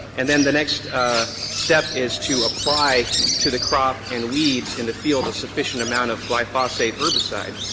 and then the next step is to apply to the crop and weeds in the field a sufficient amount of glyphosate herbicide.